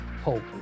hope